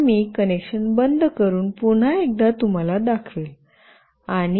आता मी कनेक्शन बंद करुन पुन्हा एकदा तुम्हाला दाखवेन